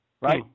right